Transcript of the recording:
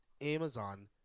Amazon